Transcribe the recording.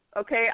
Okay